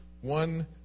one